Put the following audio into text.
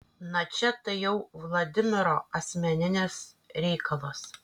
na čia tai jau vladimiro asmeninis reikalas